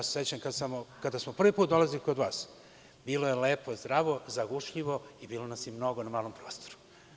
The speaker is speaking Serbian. Sećam se kada smo prvi put dolazili kod vas: bilo je lepo, zdravo, zagušljivo i bilo nas je mnogo na malom prostoru.